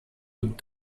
would